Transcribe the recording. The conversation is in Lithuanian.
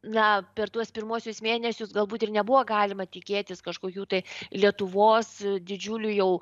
gal per tuos pirmuosius mėnesius galbūt ir nebuvo galima tikėtis kažkokių tai lietuvos didžiulių jau